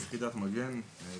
אנחנו יחידת מגן בדרום.